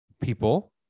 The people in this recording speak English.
people